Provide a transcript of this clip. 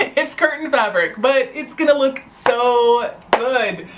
and it's curtain fabric but it's going to look so good.